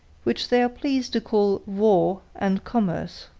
which they are pleased to call war and commerce.